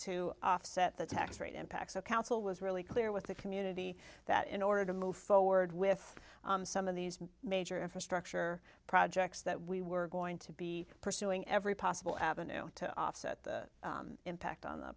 to offset the tax rate impact so council was really clear with the community that in order to move forward with some of these major infrastructure projects that we were going to be pursuing every possible avenue to offset the impact on the